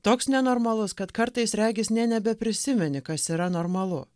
toks nenormalus kad kartais regis nė nebeprisimeni kas yra normalu